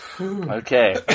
Okay